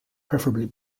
preferably